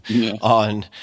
on